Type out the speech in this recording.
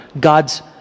God's